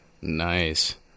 Nice